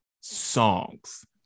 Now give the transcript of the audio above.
songs